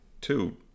two